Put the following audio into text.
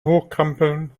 hochkrempeln